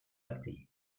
actées